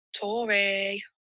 Tory